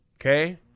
Okay